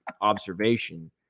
observation